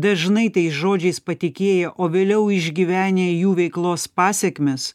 dažnai tais žodžiais patikėję o vėliau išgyvenę jų veiklos pasekmes